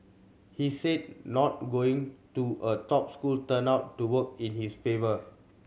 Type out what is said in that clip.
he said not going to a top school turned out to work in his favour